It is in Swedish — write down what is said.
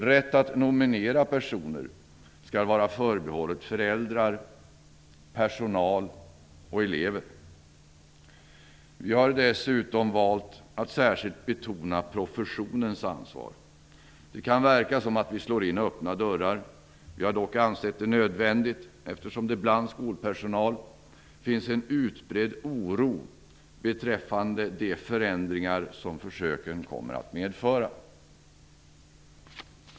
Rätt att nominera personer skall vara förbehållen föräldrar, personal och elever. Vi har dessutom valt att särskilt betona professionens ansvar. Det kan verka som att vi slår in öppna dörrar. Vi har dock ansett denna betoning nödvändig, eftersom det bland skolpersonal finns en utbredd oro inför de förändringar som försöken kommer att medföra.